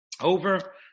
over